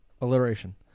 Alliteration